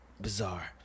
Bizarre